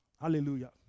Hallelujah